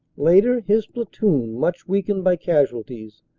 later his platoon, much weakened by casualties,